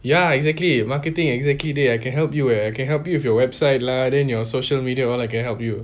ya exactly marketing executive I can help you eh I can help you with your website lah then your social media all I can help you